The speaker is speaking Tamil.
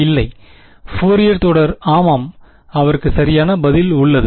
இல்லை ஃபோரியர் தொடர் ஆமாம் அவருக்கு சரியான பதில் உள்ளது